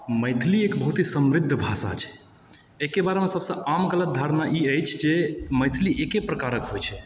मैथिली एक बहुत ही समृद्ध भाषा छै एहिके बारेमे सबसँ आम गलत धारना ई अछि जे मैथिली एके प्रकारकेँ होइ छै